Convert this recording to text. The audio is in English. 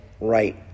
right